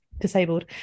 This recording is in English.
disabled